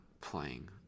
playing